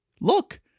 look